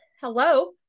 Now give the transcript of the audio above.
hello